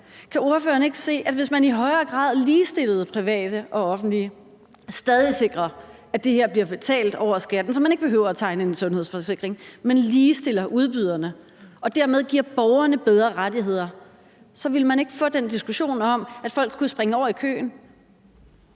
Kan ordføreren ikke se, at hvis man i højere grad ligestillede private og offentlige og stadig sikrede, at det her blev betalt over skatten, så folk ikke behøvede at tegne en sundhedsforsikring, men at man ligestillede udbyderne og dermed gav borgerne bedre rettigheder, så ville man ikke få den diskussion om, at folk kunne springe køen